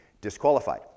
disqualified